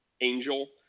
angel